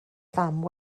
fam